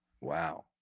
Wow